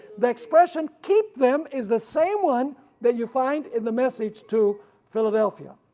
the expression keep them is the same one that you find in the message to philadelphia.